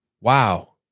Wow